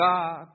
God